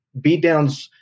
beatdowns